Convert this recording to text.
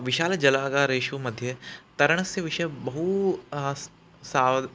विशालजलागारेषु मध्ये तरणस्य विषये बहू आस् साव्